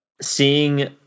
seeing